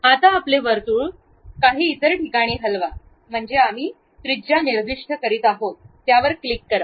आता आपले वर्तुळ काही इतर ठिकाणी हलवा म्हणजे आम्ही त्रिज्या निर्दिष्ट करीत आहोत त्यावर क्लिक करा